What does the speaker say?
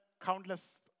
countless